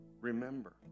Remember